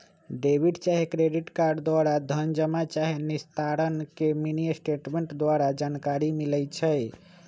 debit चाहे credit card द्वारा धन जमा चाहे निस्तारण के मिनीस्टेटमेंट द्वारा जानकारी मिलइ छै